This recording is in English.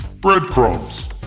Breadcrumbs